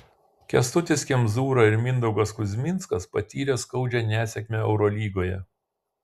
kęstutis kemzūra ir mindaugas kuzminskas patyrė skaudžią nesėkmę eurolygoje